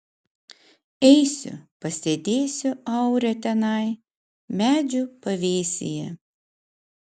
eisiu pasėdėsiu aure tenai medžių pavėsyje